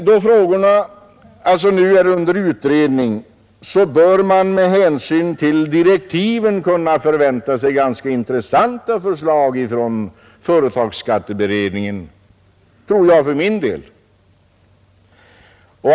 Då frågorna alltså nu är under utredning bör man med hänsyn till direktiven kunna förvänta sig ganska intressanta förslag från företagsskatteberedningen.